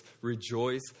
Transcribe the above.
rejoice